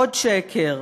עוד שקר: